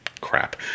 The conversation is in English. crap